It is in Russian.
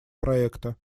проекта